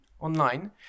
online